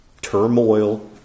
turmoil